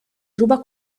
ruba